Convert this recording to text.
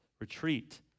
retreat